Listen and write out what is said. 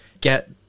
get